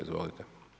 Izvolite.